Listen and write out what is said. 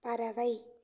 பறவை